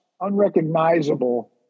unrecognizable